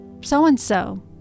so-and-so